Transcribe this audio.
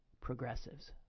progressives